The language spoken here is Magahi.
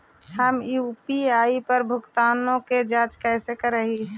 हम यु.पी.आई पर प्राप्त भुगतानों के जांच कैसे करी?